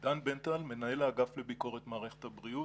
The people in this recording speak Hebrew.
אני דן בנטל, מהל האגף לביקורת מערכת הבריאות.